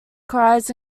cries